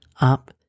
up